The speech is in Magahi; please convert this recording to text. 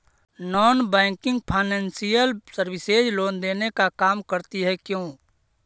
Non banking financial services loan देने का काम करती है क्यू?